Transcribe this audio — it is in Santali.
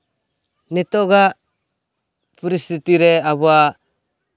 ᱱᱤᱛᱳᱜᱟᱜ ᱯᱚᱨᱤᱥᱛᱷᱤᱛᱤ ᱨᱮ ᱟᱵᱚᱣᱟᱜ